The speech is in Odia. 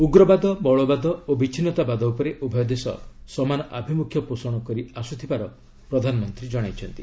ଉଗ୍ରବାଦ ମୌଳବାଦ ଓ ବିଚ୍ଛିନ୍ନତାବାଦ ଉପରେ ଉଭୟ ଦେଶ ସମାନ ଆଭିମୁଖ୍ୟ ପୋଷଣ କରିଆସୁଥିବାର ପ୍ରଧାନମନ୍ତ୍ରୀ କହିଛନ୍ତି